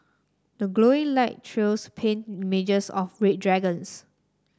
the glowing light trails paint images of read dragons